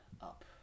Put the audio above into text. up